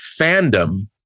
fandom